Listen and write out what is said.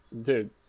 dude